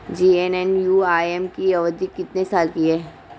JNNURM की अवधि कितने साल की है?